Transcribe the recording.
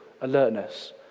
alertness